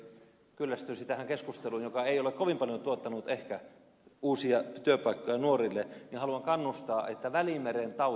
tähän loppuun vielä jotta valtiovarainministeri ei kyllästyisi tähän keskusteluun joka ei ole kovin paljon tuottanut ehkä uusia työpaikkoja nuorille haluan kannustaa että välimeren tauti ei leviä